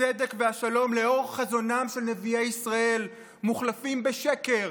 הצדק והשלום לאור חזונם של נביאי ישראל מוחלפים בשקר,